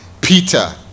Peter